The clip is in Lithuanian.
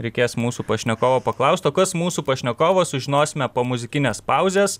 reikės mūsų pašnekovo paklaust o kas mūsų pašnekovo sužinosime po muzikinės pauzės